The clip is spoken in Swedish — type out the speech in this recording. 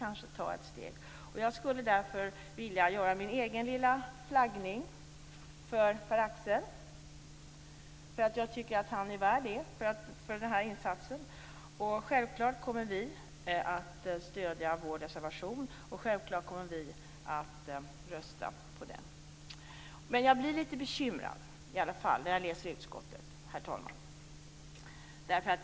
Jag skulle därför, med den flagga jag har med mig, vilja göra min egen lilla flaggning för Pär-Axel. Han är värd det för den insats han gör. Självfallet kommer vi att stödja vår reservation, och självfallet kommer vi att rösta på den. Jag blir ändå litet bekymrad när jag läser i betänkandet, herr talman.